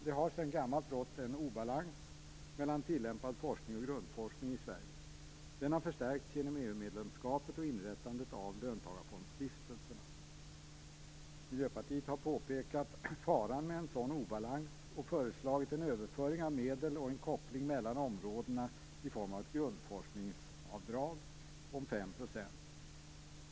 Det har sedan gammalt rått en obalans mellan tillämpad forskning och grundforskning i Sverige. Den har förstärkts genom EU medlemskapet och inrättandet av löntagarfondsstiftelserna. Miljöpartiet har påpekat faran med en sådan obalans och föreslagit en överföring av medel och en koppling mellan områdena i form av ett grundforskningsavdrag om 5 %.